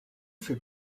fait